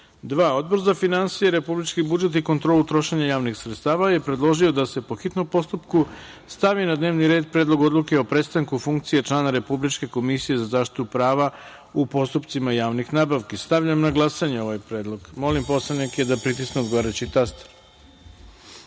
predlog. Odbor za finansije, republički budžet i kontrolu trošenja javnih sredstava je predložio da se, po hitnom postupku, stavi na dnevni red Predlog odluke o prestanku funkcije člana Republičke komisije za zaštitu prava u postupcima javnih nabavki. Stavljam na glasanje ovaj predlog. Molim poslanike da pritisnu odgovarajući